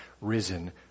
risen